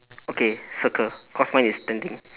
okay circle cause mine is standing